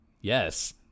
Yes